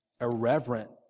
irreverent